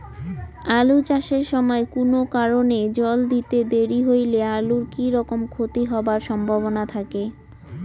আলু চাষ এর সময় কুনো কারণে জল দিতে দেরি হইলে আলুর কি রকম ক্ষতি হবার সম্ভবনা থাকে?